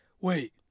Wait